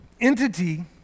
entity